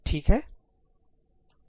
ठीक है